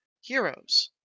heroes